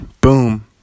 boom